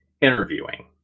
Interviewing